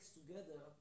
together